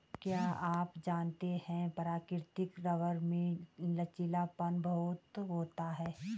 क्या आप जानते है प्राकृतिक रबर में लचीलापन बहुत होता है?